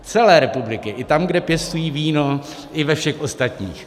Celé republiky, i tam, kde pěstují víno, i ve všech ostatních.